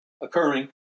occurring